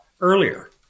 earlier